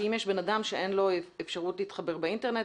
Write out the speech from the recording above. שאם יש אדם שאין לו אפשרות להתחבר באינטרנט,